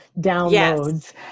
downloads